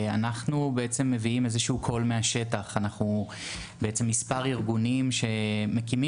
ואז אנחנו נותנים כלים לקונסולים שלנו שנמצאים